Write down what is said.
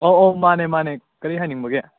ꯑꯧ ꯑꯧ ꯃꯥꯅꯦ ꯃꯥꯅꯦ ꯀꯔꯤ ꯍꯥꯏꯅꯤꯡꯕꯒꯦ